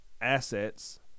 assets